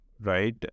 right